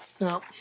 Now